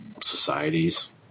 societies